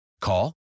Call